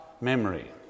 memory